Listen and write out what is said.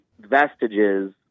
vestiges